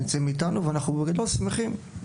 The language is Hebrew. ואנחנו שמחים.